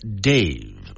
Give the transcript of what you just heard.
Dave